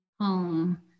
home